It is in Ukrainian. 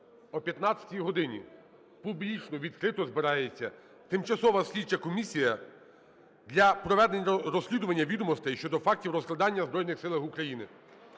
о 15-й годині публічно відкрито збирається Тимчасова слідча комісія для проведення розслідування відомостей щодо фактів розкрадання в Збройних Силах України